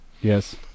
Yes